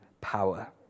power